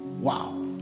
Wow